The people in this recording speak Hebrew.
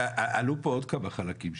עלו פה עוד כמה חלקים,